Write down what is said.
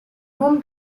room